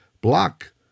Block